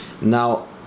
Now